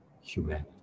humanity